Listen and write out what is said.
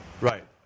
right